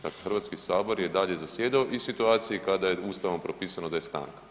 Dakle, Hrvatski sabor je i dalje zasjedao i u situaciji kada je Ustavom propisano da je stanka.